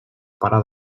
parar